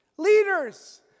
Leaders